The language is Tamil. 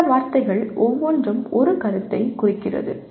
அந்த வார்த்தைகள் ஒவ்வொன்றும் ஒரு கருத்தை குறிக்கிறது